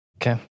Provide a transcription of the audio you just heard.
okay